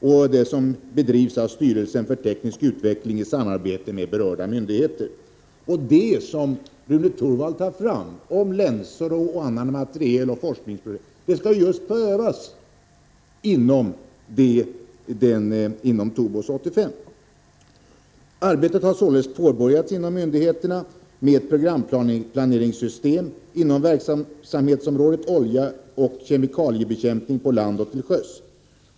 Projektet bedrivs av styrelsen för teknisk utveckling i samarbete med berörda myndigheter. Det som Rune Torwald nämner om forskningen kring effektiviteten av länsor och annan materiel skall prövas inom TOBOS 85. Ett arbete har också påbörjats inom myndigheterna med ett programplaneringssystem inom verksamhetsområdet oljeoch kemikaliebekämpning på land och till sjöss.